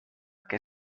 que